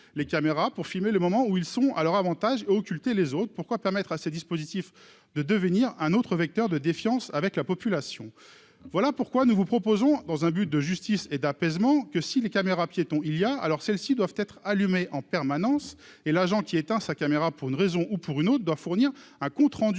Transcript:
les caméras pour filmer le moment où ils sont à leur Avantage, occulter les autres pourquoi permettre à ces dispositifs, de devenir un autre vecteur de défiance avec la population, voilà pourquoi nous vous proposons dans un but de justice et d'apaisement que si les caméras piétons, il y a alors celles-ci doivent être allumé en permanence et l'agent qui étend sa caméra pour une raison ou pour une autre doit fournir un compte rendu,